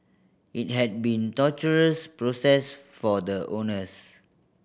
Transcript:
it had been torturous process for the owners